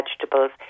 vegetables